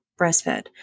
breastfed